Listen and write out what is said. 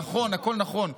נכון, הכול נכון.